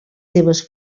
seves